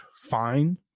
fine